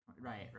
Right